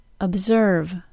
observe